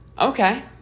Okay